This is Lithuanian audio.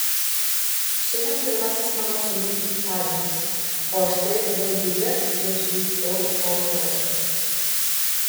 šiandien pirmasis mano sūnaus gimtadienis o aš sėdžiu danguje virš hitrou oro uosto